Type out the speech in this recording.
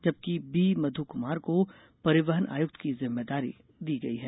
जबकि बी मधु कुमार को परिवहन आयुक्त की जिम्मेदारी दी गई है